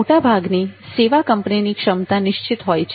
મોટાભાગની સેવા કંપનીની ક્ષમતા નિશ્ચિત હોય છે